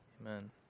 Amen